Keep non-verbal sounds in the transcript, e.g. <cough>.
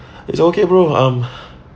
<breath> it's okay bro um <breath>